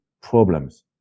problems